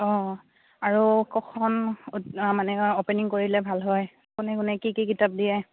অঁ আৰু কখন মানে অপেনিং কৰিলে ভাল হয় কোনে কোনে কি কি কিতাপ দিয়ে